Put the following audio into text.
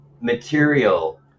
material